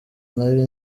nari